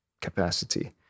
capacity